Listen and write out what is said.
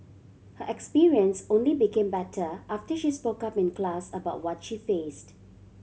her experience only became better after she spoke up in class about what she faced